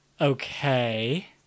okay